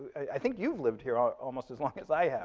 i think you've lived here almost as long as i have.